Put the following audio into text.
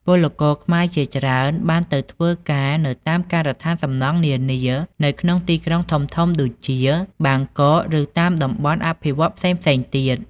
ពលករខ្មែរជាច្រើនបានទៅធ្វើការនៅតាមការដ្ឋានសំណង់នានា នៅក្នុងទីក្រុងធំៗដូចជាបាងកក ឬតាមតំបន់អភិវឌ្ឍន៍ផ្សេងៗទៀត។